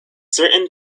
certain